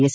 S